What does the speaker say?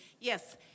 Yes